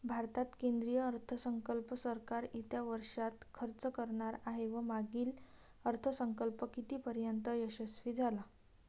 भारतात केंद्रीय अर्थसंकल्प सरकार येत्या वर्षात खर्च करणार आहे व मागील अर्थसंकल्प कितीपर्तयंत यशस्वी झाला